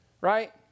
right